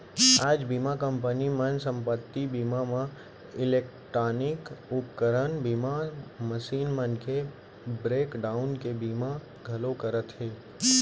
आज बीमा कंपनी मन संपत्ति बीमा म इलेक्टानिक उपकरन बीमा, मसीन मन के ब्रेक डाउन के बीमा घलौ करत हें